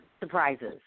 surprises